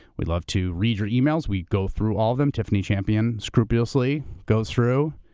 we love to read your e-mails. we go through all of them. tiffany champion scrupulously goes through.